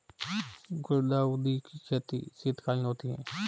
गुलदाउदी की खेती शीतकालीन होती है